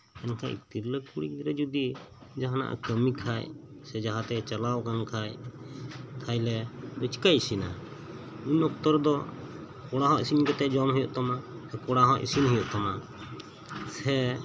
ᱢᱮᱱᱠᱷᱟᱱ ᱛᱤᱨᱞᱟᱹ ᱠᱩᱲᱤ ᱜᱤᱫᱽᱨᱟᱹ ᱡᱚᱫᱤ ᱡᱟᱦᱟᱱᱟᱜ ᱠᱟᱹᱢᱤ ᱠᱷᱟᱱ ᱥᱮ ᱡᱟᱦᱟᱛᱮᱭ ᱪᱟᱞᱟᱣ ᱟᱠᱟᱱ ᱠᱷᱟᱱ ᱛᱟᱦᱚᱞᱮ ᱫᱚ ᱪᱤᱠᱟᱹᱭ ᱤᱥᱤᱱᱟ ᱩᱱ ᱚᱠᱛᱚᱨᱮᱫᱚ ᱠᱚᱲᱟᱦᱚᱸ ᱤᱥᱤᱱ ᱠᱟᱛᱮᱫ ᱡᱚᱢ ᱦᱳᱭᱳᱜ ᱛᱟᱢᱟ ᱠᱚᱲᱟᱦᱚᱸ ᱤᱥᱤᱱ ᱦᱳᱭᱳᱜ ᱛᱟᱢᱟ ᱥᱮ